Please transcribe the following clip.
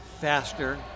faster